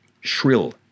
shrill